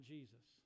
Jesus